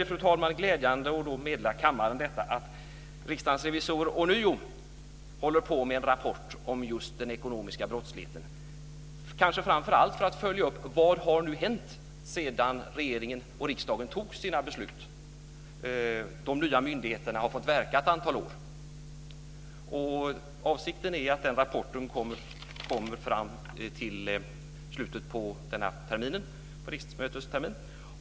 Det är därför glädjande att meddela kammaren att Riksdagens revisorer ånyo håller på med en rapport om just den ekonomiska brottsligheten, kanske framför allt för att följa upp vad som har hänt sedan regeringen och riksdagen fattade sina beslut och de nya myndigheterna fått verka ett antal år. Avsikten är att rapporten kommer till slutet av denna riksmötestermin.